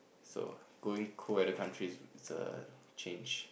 so going cold weather countries is a change